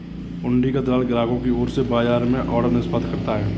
हुंडी का दलाल ग्राहकों की ओर से बाजार में ऑर्डर निष्पादित करता है